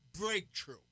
breakthrough